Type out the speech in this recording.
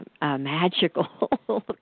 magical